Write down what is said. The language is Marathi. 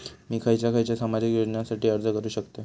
मी खयच्या खयच्या सामाजिक योजनेसाठी अर्ज करू शकतय?